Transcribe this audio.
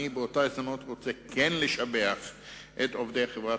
באותה הזדמנות אני רוצה כן לשבח את עובדי חברת